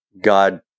God